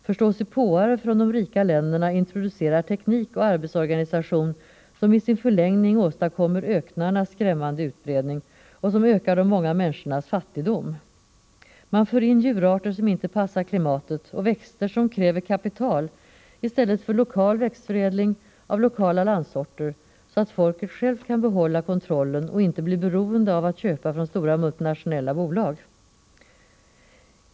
Förståsigpåare från de rika länderna introducerar teknik och arbetsorganisation som i sin förlängning åstadkommer öknarnas skrämmande utbredning och som ökar de många människornas fattigdom. Man för in djurarter som inte passar klimatet och växter som kräver kapital i stället för att utveckla lokal växtförädling av lokala lantsorter, så att folket självt kan behålla kontrollen och inte bli beroende av att köpa från stora multinationella bolag.